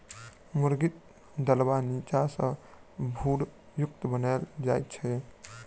मुर्गीक दरबा नीचा सॅ भूरयुक्त बनाओल जाइत छै